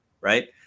Right